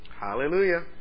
Hallelujah